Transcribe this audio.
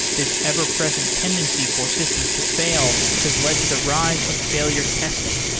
this ever-present tendency for systems to fail has led to the rise of failure testing,